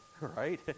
right